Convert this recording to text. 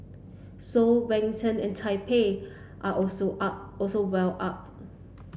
soul Wellington and Taipei are also are also well up